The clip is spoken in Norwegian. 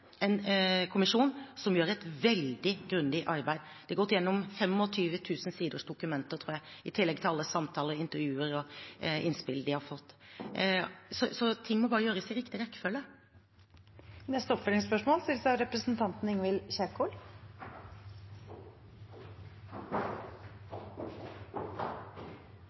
en kommisjon, som gjør et veldig grundig arbeid. De har gått igjennom 25 000 sider med dokumenter, tror jeg, i tillegg til alle samtaler, intervjuer og innspill de har fått. Så ting må bare gjøres i riktig rekkefølge. Ingvild Kjerkol – til oppfølgingsspørsmål.